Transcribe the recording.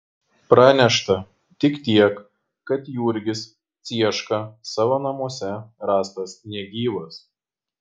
pranešta tik tiek kad jurgis cieška savo namuose rastas negyvas